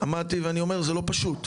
אמרתי ואני אומר שזה לא פשוט.